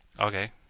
Okay